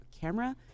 camera